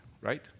Right